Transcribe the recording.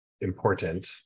important